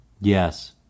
Yes